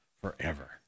forever